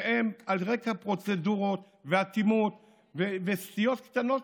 והם על רקע פרוצדורות ואטימות וסטיות קטנות